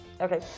Okay